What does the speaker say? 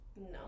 No